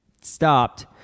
stopped